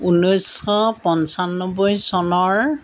ঊনৈছশ পঁচানব্বৈ চনৰ